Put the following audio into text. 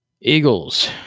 Eagles